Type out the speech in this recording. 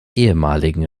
ehemaligen